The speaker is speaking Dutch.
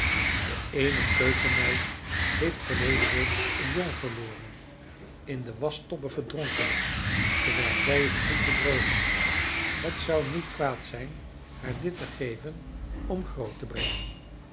de eene keukenmeid heeft verleden week een jong verloren in de waschtobbe verdronken terwijl zij het goed te drogen hing en het zou niet kwaad zijn haar dit te geven om groot te brengen